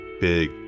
Big